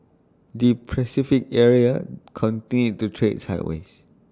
the Pacific area continued to trade sideways